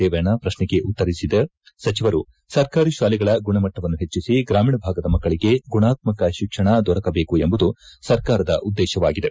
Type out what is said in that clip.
ರೇವಣ್ಣ ಪ್ರಶ್ನೆಗೆ ಉತ್ತರಿಸಿ ಸಚಿವರು ಸರ್ಕಾರಿ ಶಾಲೆಗಳ ಗುಣಮಟ್ಟವನ್ನು ಪೆಜ್ಜಿಸಿ ಗ್ರಾಮೀಣ ಭಾಗದ ಮಕ್ಕಳಗೆ ಗುಣಾತ್ಮಕ ಶಿಕ್ಷಣ ದೊರಕಬೇಕು ಎಂಬುದು ಸರ್ಕಾರದ ಉದ್ದೇಶವಾಗಿದೆ